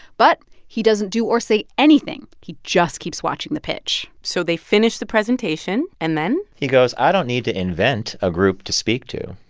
but he doesn't do or say anything. he just keeps watching the pitch so they finish the presentation and then. he goes, i don't need to invent a group to speak to.